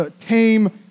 tame